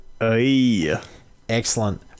excellent